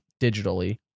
digitally